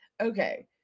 okay